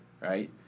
right